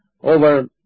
over